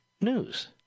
news